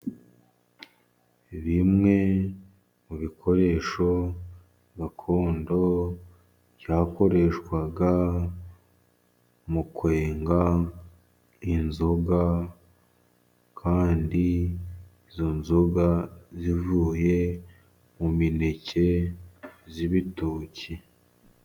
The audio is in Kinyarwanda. Bimwe mu bikoresho gakondo byakoreshwaga mu kwenga inzoga, kandi izo nzoga zivuye mu mineke zibitoki.